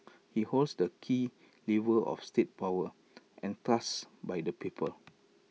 he holds the key levers of state power entrusted by the people